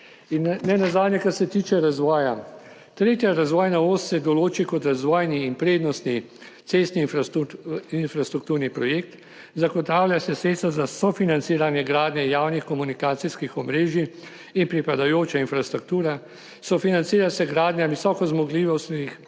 In nenazadnje, kar se tiče razvoja. Tretja razvojna os se določi kot razvojni in prednostni cestni infrastrukturni projekt. Zagotavlja se sredstva za sofinanciranje gradnje javnih komunikacijskih omrežij in pripadajoče infrastrukture. Sofinancira se gradnja visoko zmogljivost